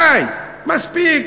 די, מספיק.